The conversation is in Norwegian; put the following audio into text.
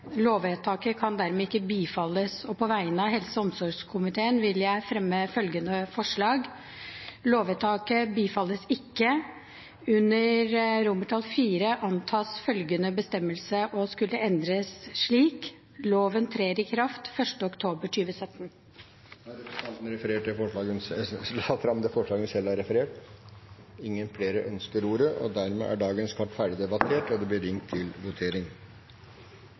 Lovvedtaket kan dermed ikke bifalles, og på vegne av helse- og omsorgskomiteen vil jeg fremme følgende forslag: «Lovvedtaket bifalles ikke. Anmerkning: Under IV antas følgende bestemmelse å skulle endres slik: Loven trer i kraft 1. oktober 2017.» Representanten Kari Kjønaas Kjos har da satt fram det forslaget hun refererte. Flere har ikke bedt om ordet til sak nr. 11. Under debatten er det satt fram i alt fem forslag. Det er forslagene nr. 1 og